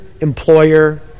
employer